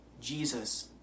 Jesus